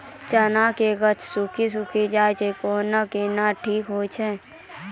चना के गाछ सुखी सुखी जाए छै कहना को ना ठीक हो छै?